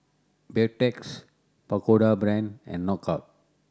Beautex Pagoda Brand and Knockout